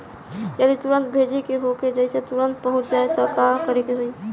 जदि तुरन्त भेजे के होखे जैसे तुरंत पहुँच जाए त का करे के होई?